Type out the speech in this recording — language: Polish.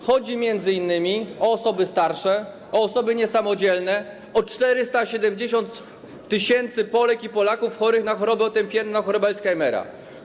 Chodzi m.in. o osoby starsze, o osoby niesamodzielne, o 470 tys. Polek i Polaków chorych na chorobę otępienną, chorobę Alzheimera.